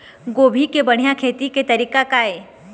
गोभी के बढ़िया खेती के तरीका का हे?